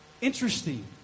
Interesting